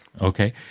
Okay